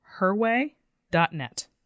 herway.net